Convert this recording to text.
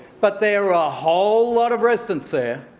but there were a whole lot of residents there